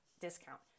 discount